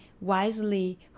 wisely